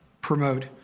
promote